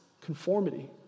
conformity